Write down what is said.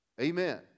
Amen